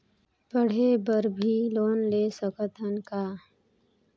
पढ़े बर भी लोन ले सकत हन का?